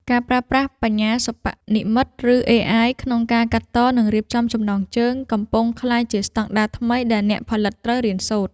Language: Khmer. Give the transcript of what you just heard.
ការប្រើប្រាស់បញ្ញាសិប្បនិម្មិត ឬ អេអាយ ក្នុងការកាត់ត និងរៀបចំចំណងជើង កំពុងក្លាយជាស្ដង់ដារថ្មីដែលអ្នកផលិតត្រូវរៀនសូត្រ។